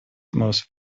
most